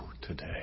today